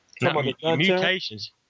mutations